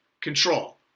control